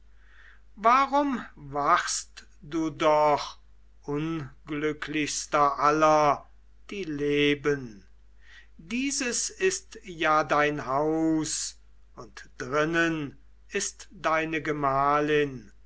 warum wachst du doch unglücklichster aller die leben dieses ist ja dein haus und drinnen ist deine gemahlin